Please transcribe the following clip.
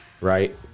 right